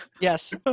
Yes